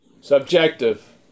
subjective